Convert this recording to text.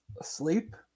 asleep